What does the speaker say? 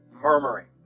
murmuring